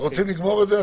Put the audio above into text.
אתם רוצים לגמור את זה?